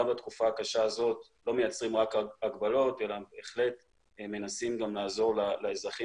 גם בתקופה הקשה הזאת לא מייצרים רק הגבלות אלא בהחלט מנסים לעזור לאזרחים